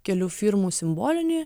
kelių firmų simbolinį